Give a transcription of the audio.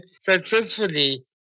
successfully